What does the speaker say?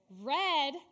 red